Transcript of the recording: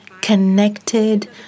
connected